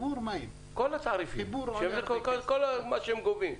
כל התעריפים שהם גובים.